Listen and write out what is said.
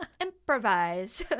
Improvise